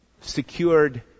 secured